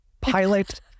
pilot